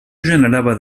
generava